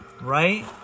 Right